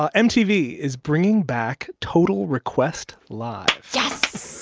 ah mtv is bringing back total request live. yes.